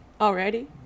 already